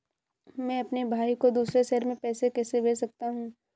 मैं अपने भाई को दूसरे शहर से पैसे कैसे भेज सकता हूँ?